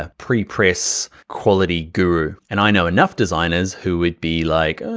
ah pre-press quality guru. and i know enough designers who would be like,